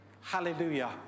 Hallelujah